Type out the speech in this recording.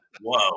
whoa